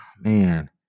man